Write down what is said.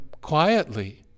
quietly